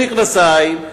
במכנסיים,